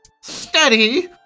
Steady